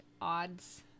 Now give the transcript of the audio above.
odds